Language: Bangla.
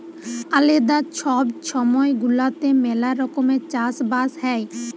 আলেদা ছব ছময় গুলাতে ম্যালা রকমের চাষ বাস হ্যয়